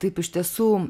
taip iš tiesų